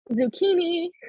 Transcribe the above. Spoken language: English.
zucchini